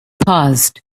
paused